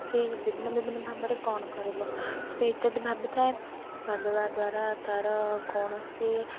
ସିଏ ବିଭିନ୍ନ ବିଭିନ୍ନ ଭାବରେ କ'ଣ କରିବ ସେ ଇତ୍ୟାଦି ଭାବିଥାଏ ଭାବିବା ଦ୍ୱାରା ତା'ର କୌଣସି